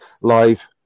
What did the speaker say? live